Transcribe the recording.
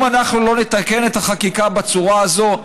אם אנחנו לא נתקן את החקיקה בצורה הזו,